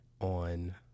on